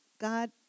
God